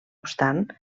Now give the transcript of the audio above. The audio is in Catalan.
obstant